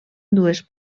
dues